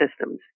systems